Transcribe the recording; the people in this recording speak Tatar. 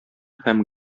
һәм